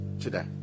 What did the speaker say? today